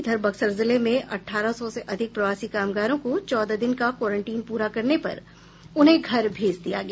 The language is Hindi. इधर बक्सर जिले में अठारह सौ से अधिक प्रवासी कामगारों को चौदह दिन का क्वारेंटीन पूरा करने पर उन्हें घर भेज दिया गया